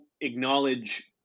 acknowledge